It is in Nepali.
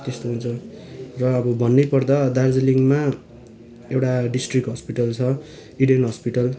त्यस्तो हुन्छ र अब भन्नै पर्दा दार्जिलिङमा एउटा डिस्ट्रिक हस्पिटल छ इडेन हस्पिटल